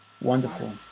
Wonderful